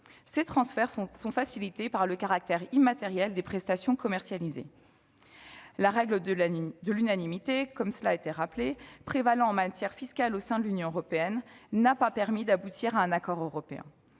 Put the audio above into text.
Ces transferts sont facilités par le caractère immatériel des prestations commercialisées. La règle de l'unanimité qui prévaut en matière fiscale au sein de l'Union européenne, cela a été rappelé, n'a pas permis d'aboutir à un accord européen.